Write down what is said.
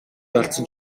алдсан